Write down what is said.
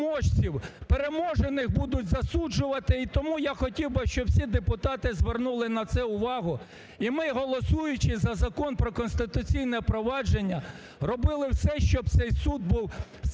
переможців. Переможених будуть засуджувати. І тому я хотів би, щоб всі депутати звернули на це увагу. І ми голосуючи за Закон про Конституційне провадження робили все, щоб цей суд був